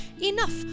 enough